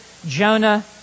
Jonah